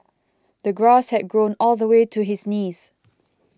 the grass had grown all the way to his knees